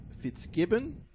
Fitzgibbon